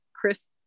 Chris